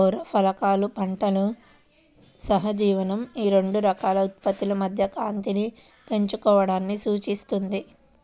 సౌర ఫలకాలు పంటల సహజీవనం ఈ రెండు రకాల ఉత్పత్తి మధ్య కాంతిని పంచుకోవడాన్ని సూచిస్తుంది